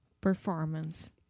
Performance